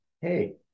hey